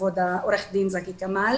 כבוד עורך הדין זכי כמאל